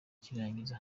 cy’irangiza